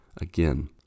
Again